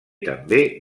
també